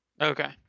okay